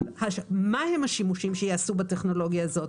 מהם השימושים שייעשו בטכנולוגיה הזאת?